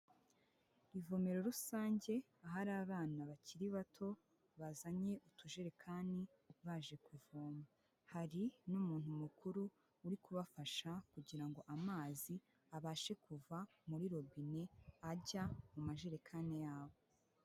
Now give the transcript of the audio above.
Ivomero rusange ahari abana bakiri bato bazanye utujerekani baje kuvoma, hari n'umuntu mukuru uri kubafasha kugira ngo amazi abashe kuva muri robine, ajya mu majerekani yabo.